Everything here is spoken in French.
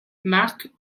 marques